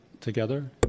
together